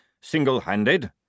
single-handed